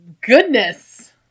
Goodness